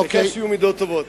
העיקר שיהיו מידות טובות.